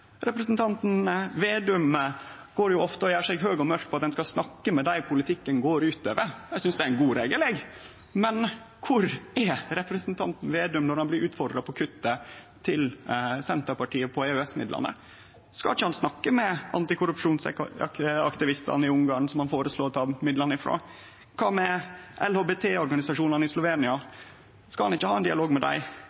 Representanten Slagsvold Vedum gjer seg ofte høg og mørk på at ein skal snakke med dei politikken går ut over. Eg synest det er ein god regel, men kvar er representanten Slagsvold Vedum når han blir utfordra på Senterpartiets kutt i EØS-midlane? Skal han ikkje snakke med antikorrupsjonsaktivistane i Ungarn som han føreslår å ta midlane frå? Kva med LHBT-organisasjonane i Slovenia?